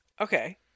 Okay